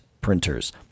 printers